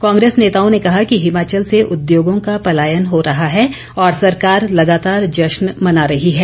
कांग्रेस नेताओं ने कहा कि हिमाचल से उद्योगों का पलायन हो रहा है और सरकार लगातार जश्न मना रही है